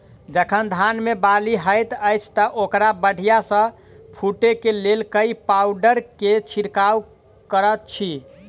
जखन धान मे बाली हएत अछि तऽ ओकरा बढ़िया सँ फूटै केँ लेल केँ पावडर केँ छिरकाव करऽ छी?